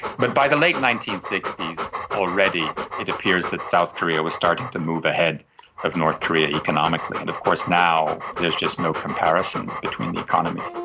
but by the late nineteen sixty s already it appears that south korea was starting to move ahead of north korea economically, and of course now there's just no comparison between the economies.